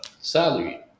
salary